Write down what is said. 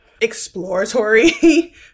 exploratory